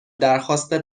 درخواست